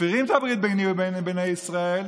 מפירים את הברית ביני ובין בני ישראל,